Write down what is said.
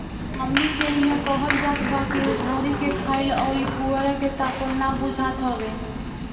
हमनी के इहां कहल जात बा की उधारी के खाईल अउरी पुअरा के तापल ना बुझात बाटे